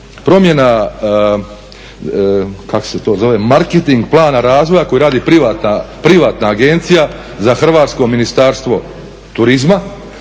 promjena marketing plana razvoja koji radi privatna agencija za hrvatsko Ministarstvo turizma